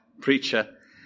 preacher